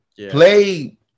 Play